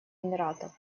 эмиратов